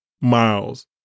miles